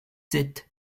sept